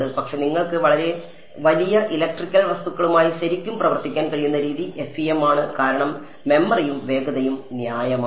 പക്ഷേ നിങ്ങൾക്ക് വളരെ വലിയ ഇലക്ട്രിക്കൽ വസ്തുക്കളുമായി ശരിക്കും പ്രവർത്തിക്കാൻ കഴിയുന്ന രീതി FEM ആണ് കാരണം മെമ്മറിയും വേഗതയും ന്യായമാണ്